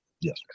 Yes